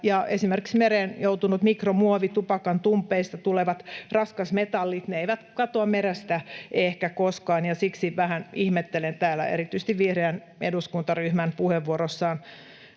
esimerkiksi mereen joutunut mikromuovi ja tupakantumpeista tulevat raskasmetallit eivät katoa merestä ehkä koskaan. Siksi vähän ihmettelen täällä erityisesti vihreän eduskuntaryhmän puheenvuorossaan